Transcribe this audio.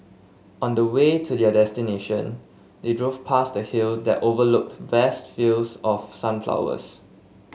on the way to their destination they drove past a hill that overlooked vast fields of sunflowers